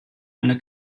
eine